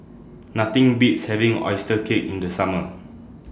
Nothing Beats having Oyster Cake in The Summer